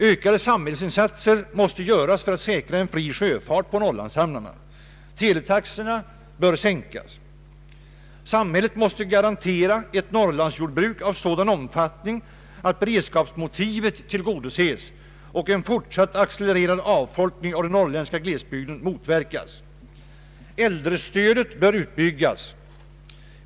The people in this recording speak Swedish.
Ökade samhällsinsatser måste göras för att säkra en fri sjöfart på Norrlandshamnarna. Teletaxorna bör sänkas. Samhället måste garantera ett Norrlandsjordbruk av sådan omfattning att beredskapsmotivet tillgodoses och en fortsatt accelererad avfolkning av den norrländska = glesbygden «motverkas. Äldrestödet bör utbyggas.